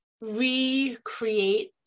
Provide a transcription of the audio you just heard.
recreate